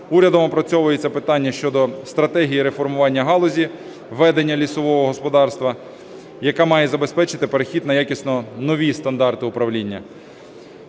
Урядом опрацьовується питання щодо стратегії реформування галузі ведення лісового господарства, яка має забезпечити перехід на якісно нові стандарти управління.